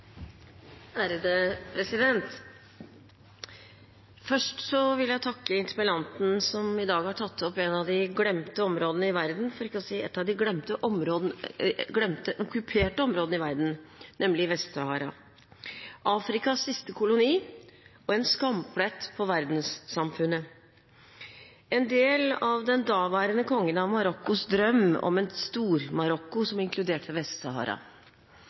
Først vil jeg takke interpellanten, som i dag har tatt opp et av de glemte – for ikke å si et av de glemte okkuperte – områdene i verden, nemlig Vest-Sahara. Det er Afrikas siste koloni og en skamplett på verdenssamfunnet, en del av den daværende kongen av Marokkos drøm om et Stor-Marokko som inkluderte